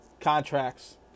contracts